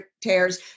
tears